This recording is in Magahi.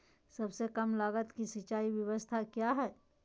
सबसे कम लगत की सिंचाई ब्यास्ता क्या है?